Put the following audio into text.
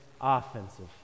offensive